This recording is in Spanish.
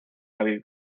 aviv